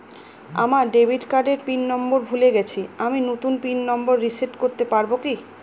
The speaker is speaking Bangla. আমার ডেবিট কার্ডের পিন নম্বর ভুলে গেছি আমি নূতন পিন নম্বর রিসেট করতে পারবো কি?